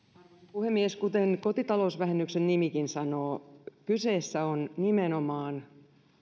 puhemies kuten kotitalousvähennyksen nimikin sanoo kyseessä on nimenomaan